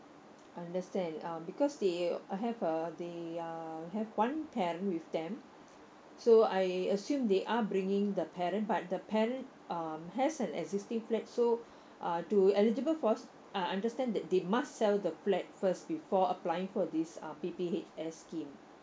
understand uh because they I have a they are have one parent with them so I assume they are bringing the parent but the parent um has an existing flat so uh to eligible first I understand that they must sell the flat first before applying for this uh P_P_H_S scheme